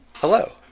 Hello